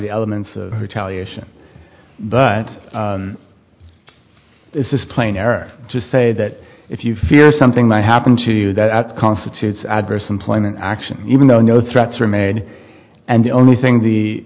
the elements retaliation but it's just plain air just say that if you fear something might happen to you that constitutes adverse employment action even though no threats are made and the only thing the